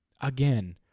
again